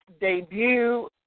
debut